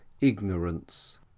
ignorance